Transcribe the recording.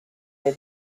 near